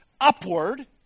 upward